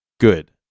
good